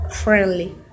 friendly